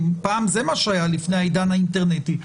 פעם זה מה שהיה לפני העידן האינטרנטי,